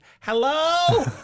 hello